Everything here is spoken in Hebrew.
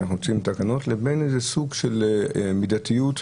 לבין סוג של מידתיות.